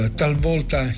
talvolta